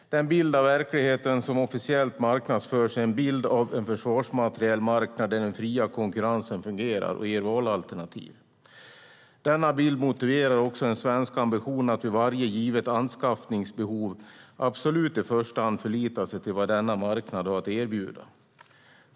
Den bild av verkligheten som officiellt marknadsförs är en bild av en försvarsmaterielmarknad där den fria konkurrensen fungerar och ger valalternativ. Denna bild motiverar också den svenska ambitionen att för varje givet anskaffningsbehov absolut i första hand förlita sig på vad denna marknad har att erbjuda.